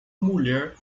mulher